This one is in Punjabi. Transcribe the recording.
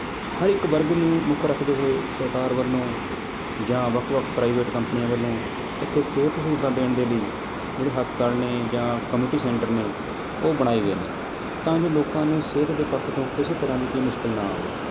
ਹਰ ਇੱਕ ਵਰਗ ਨੂੰ ਮੁੱਖ ਰੱਖਦੇ ਹੋਏ ਸਰਕਾਰ ਵੱਲੋਂ ਜਾਂ ਵੱਖ ਵੱਖ ਪ੍ਰਾਈਵੇਟ ਕੰਪਨੀਆਂ ਵੱਲੋਂ ਇੱਥੇ ਸਿਹਤ ਸਹੂਲਤਾਂ ਦੇਣ ਦੇ ਲਈ ਜਿਹੜੇ ਹਸਪਤਾਲ ਨੇ ਜਾਂ ਕਮਿਊਨਟੀ ਸੈਂਟਰ ਨੇ ਉਹ ਬਣਾਏ ਗਏ ਨੇ ਤਾਂ ਜੋ ਲੋਕਾਂ ਨੂੰ ਸਿਹਤ ਦੇ ਪੱਖ ਤੋਂ ਕਿਸੇ ਤਰ੍ਹਾਂ ਦੀ ਕੋਈ ਮੁਸ਼ਕਿਲ ਨਾ ਆਵੇ